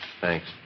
Thanks